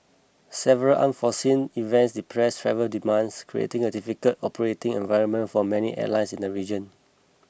several unforeseen events depressed travel demands creating a difficult operating environment for many airlines in the region